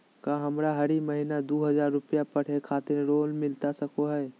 का हमरा हरी महीना दू हज़ार रुपया पढ़े खातिर लोन मिलता सको है?